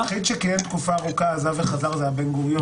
היחיד שתקופה ארוכה עזב וחזר היה בן גוריון,